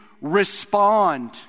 respond